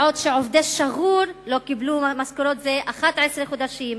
בעוד שעובדי שגור לא קיבלו משכורות זה 11 חודשים,